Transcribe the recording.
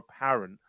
apparent